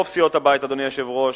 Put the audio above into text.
רוב סיעות הבית, אדוני היושב-ראש,